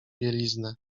bieliznę